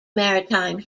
maritime